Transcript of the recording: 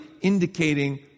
indicating